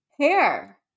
hair